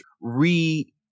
re